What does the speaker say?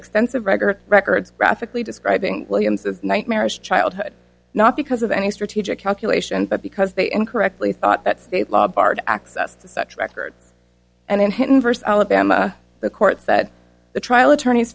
extensive record records graphically describing williams's nightmarish childhood not because of any strategic calculation but because they incorrectly thought that state law barred access to such as and in hidden first alabama the court said the trial attorneys